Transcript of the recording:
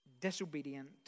disobedient